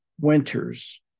winters